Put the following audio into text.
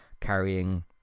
carrying